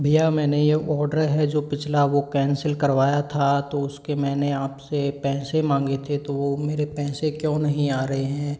भैया मैंने यह आर्डर है जो पिछला वह कैंसिल करवाया था तो उसके मैंने आपसे पैसे मांगे थे तो वह मेरे पैसे क्यों नहीं आ रहे हैं